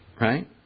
right